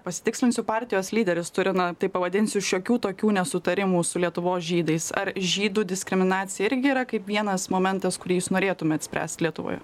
pasitikslinsiu partijos lyderis turi na taip pavadinsiu šiokių tokių nesutarimų su lietuvos žydais ar žydų diskriminacija irgi yra kaip vienas momentas kurį jūs norėtumėt spręsti lietuvoje